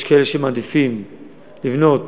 יש כאלה שמעדיפים לבנות